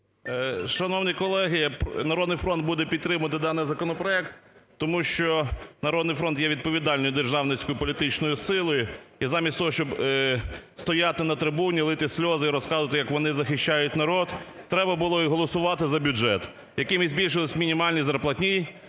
Шановні колеги, "Народний фронт" буде підтримувати даний законопроект, тому що "Народний фронт" є відповідальний до державницької політичної сили. І замість того, щоб стояти на трибуні, лити сльози і розказувати як вони захищають народ треба було і голосувати за бюджет, яким і збільшились мінімальні зарплатні